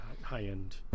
high-end –